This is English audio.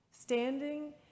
standing